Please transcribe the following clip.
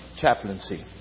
chaplaincy